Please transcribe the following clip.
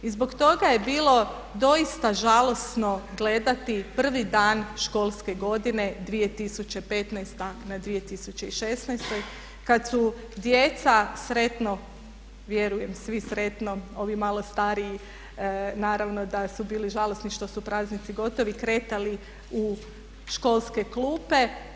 I zbog toga je bilo doista žalosno gledati prvi dan školske godine 2015. na 2016. kad su djeca sretno, vjerujem svi sretno, ovi malo stariji naravno da su bili žalosni što su praznici gotovi kretali u školske klupe.